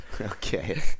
okay